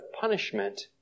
punishment